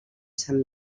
sant